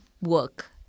work